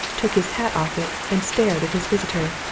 took his hand off it and stared at his visitor.